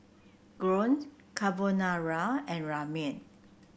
Gyros Carbonara and Ramen